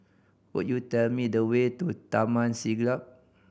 could you tell me the way to Taman Siglap